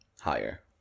Higher